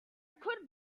could